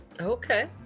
Okay